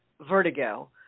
vertigo